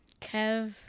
Kev